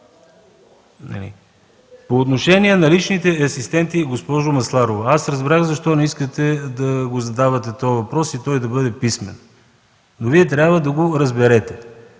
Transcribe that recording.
По отношение на личните асистенти, госпожо Масларова. Аз разбрах защо не искате да задавате този въпрос и да бъде писмен. Вие трябва да разберете,